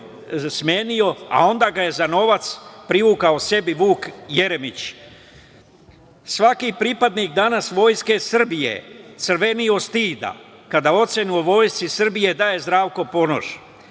a onda ga je za novac privukao sebi Vuk Jeremić. Danas svaki pripadnik vojske Srbije crveni od stida kada ocenu o vojsci Srbije daje Zdravko Ponoš.